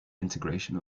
integration